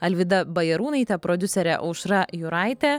alvyda bajarūnaitė prodiuserė aušra jūraitė